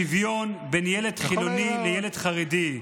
עדיין אין כאן שוויון בין ילד חילוני לילד חרדי.